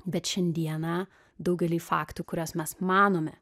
bet šiandieną daugelį faktų kuriuos mes manome